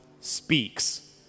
speaks